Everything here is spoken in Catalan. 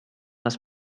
les